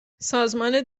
سازمان